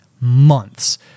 months